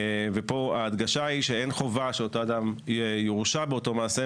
ופה ההדגשה היא שאין חובה שאותו אדם יורשע באותו מעשה,